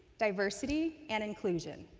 diversity and inclusion.